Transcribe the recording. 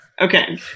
Okay